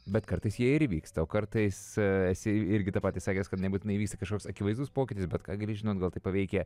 bet kartais jie ir vyksta o kartais esi irgi ta patį sakęs kad nebūtinai įvyks kažkoks akivaizdus pokytis bet ką gali žinot gal tai paveikia